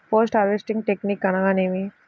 Post harvesting technique అనగా నేమి?